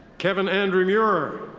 kevin andre meurer.